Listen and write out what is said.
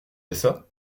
usa